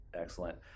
excellent